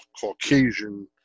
Caucasian